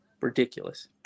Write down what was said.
Ridiculous